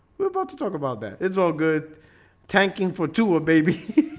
we're about to talk about that. it's all good tanking for to a baby.